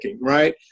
right